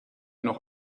noch